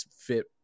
fit